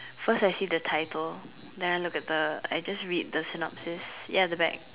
first I see the title then I look at the I just read the synopsis ya at the back